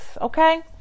Okay